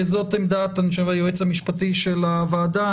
וזאת עמדת היועץ המשפטי של הוועדה,